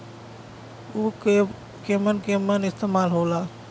उव केमन केमन इस्तेमाल हो ला?